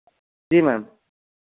जी ma'am